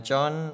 John